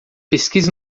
pesquise